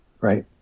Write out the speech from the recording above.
Right